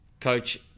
coach